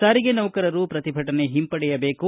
ಸಾರಿಗೆ ನೌಕರರು ಪ್ರತಿಭಟನೆ ಹಿಂಪಡೆಯಬೇಕು